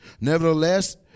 Nevertheless